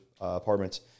apartments